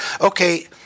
okay